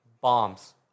bombs